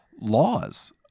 laws